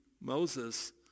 Moses